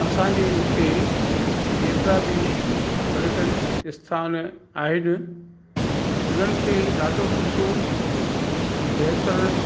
असांजे हिते जेतिरा बि पर्यटन स्थान आहिनि उन्हनि खे ॾाढो सुठो बहितरु